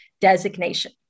designation